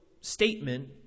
statement